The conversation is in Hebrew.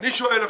אני שואל עכשיו,